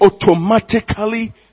automatically